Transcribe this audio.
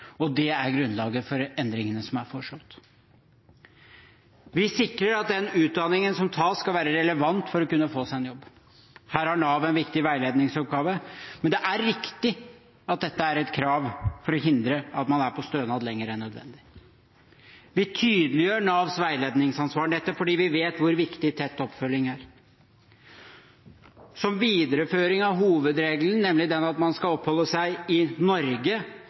og det er grunnlaget for endringene som er foreslått. Vi sikrer at den utdanningen som tas, skal være relevant for å kunne få seg en jobb. Her har Nav en viktig veiledningsoppgave, men det er riktig at dette er et krav, for å hindre at man er på stønad lenger enn nødvendig. Vi tydeliggjør Navs veiledningsansvar, nettopp fordi vi vet hvor viktig tett oppfølging er. Som videreføring av hovedregelen, nemlig den at man skal oppholde seg i Norge,